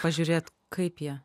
pažiūrėt kaip jie